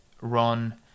run